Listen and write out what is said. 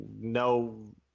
No